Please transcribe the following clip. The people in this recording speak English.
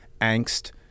angst